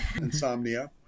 insomnia